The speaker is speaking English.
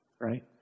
right